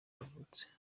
yavutse